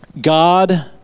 God